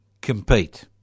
compete